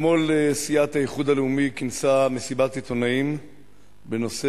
אתמול סיעת האיחוד הלאומי כינסה מסיבת עיתונאים בנושא